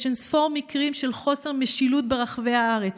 יש אין-ספור מקרים של חוסר משילות ברחבי הארץ.